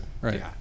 right